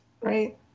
right